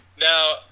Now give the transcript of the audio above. Now